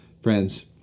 Friends